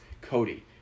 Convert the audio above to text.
Cody